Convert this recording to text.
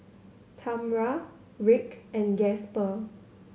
Tamra Rick and Gasper